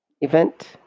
event